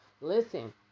listen